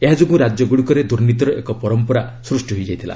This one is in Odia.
ଏହା ଯୋଗୁଁ ରାଜ୍ୟଗୁଡ଼ିକରେ ଦୁର୍ନୀତିର ଏକ ପରମ୍ପରା ସୃଷ୍ଟି ହୋଇଯାଇଥିଲା